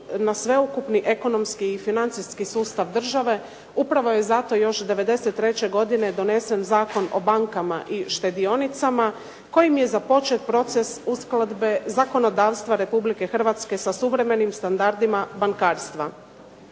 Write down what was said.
na sveukupni ekonomski i financijski sustav države. Upravo je zato još '93. godine donesen Zakon o bankama i štedionicama kojim je započet proces uskladbe zakonodavstva Republike Hrvatske sa suvremenim standardima bankarstva.